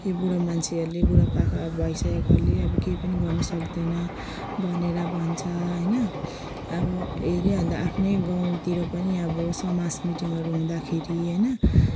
यी बुढो मान्छेहरूले बुढा पाका भइसकेकोहरूले अब केही पनि गर्न सक्दैन भनेर भन्छ होइन अब हेरिहाल्दा आफ्नै गाउँतिर पनि अब समाज मिटिङहरू हुँदाखेरि होइन